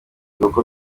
uko